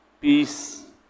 peace